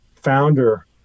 founder